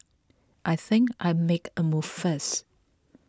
I think I make a move first